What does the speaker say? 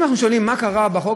אם אנחנו שואלים מה קרה בחוק,